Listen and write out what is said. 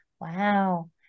wow